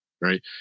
Right